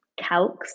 calcs